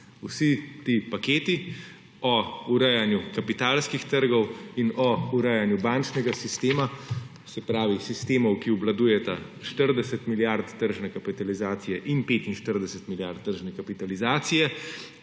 Vsi ti paketi o urejanju kapitalskih trgov in o urejanju bančnega sistema, se pravi, sistemov, ki obvladujeta 40 milijard tržne kapitalizacije in 45 milijard tržne kapitalizacije,